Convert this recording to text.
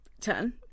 ten